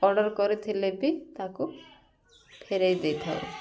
order କରିଥିଲେ ବି ତାକୁ ଫେରେଇ ଦେଇଥାଉ